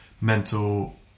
mental